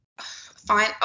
fine